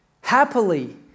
happily